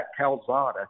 Calzada